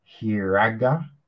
Hiraga